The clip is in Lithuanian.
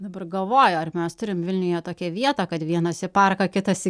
dabar galvoju ar mes turim vilniuje tokią vietą kad vienas į parką kitas į